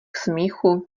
smíchu